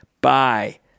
Bye